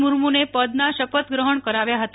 મુર્મુને પદના શપથ ગ્રહણ કરાવ્યા હતા